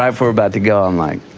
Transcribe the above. um we're about to go i'm like,